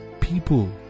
people